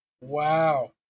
Wow